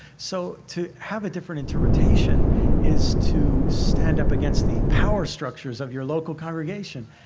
so to have a different interpretation is to stand up against the power structures of your local congregation.